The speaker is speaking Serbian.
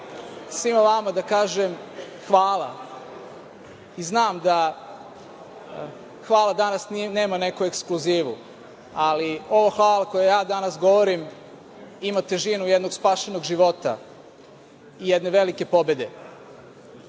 svima vama da kažem hvala. Znam da hvala danas nema neku ekskluzivu, ali ovo hvala koje ja danas govorim ima težinu jednog spašenog života i jedne velike pobede.